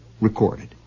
recorded